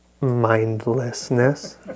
mindlessness